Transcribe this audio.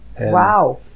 Wow